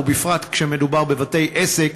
ובפרט כשמדובר בבתי-עסק,